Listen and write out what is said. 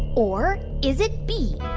or is it b,